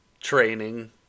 training